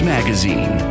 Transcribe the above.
Magazine